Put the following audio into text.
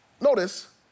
notice